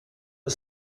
the